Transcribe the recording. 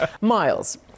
Miles